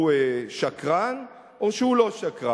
הוא שקרן או שהוא לא שקרן?